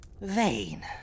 vain